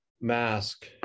mask